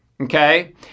Okay